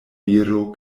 viro